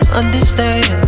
understand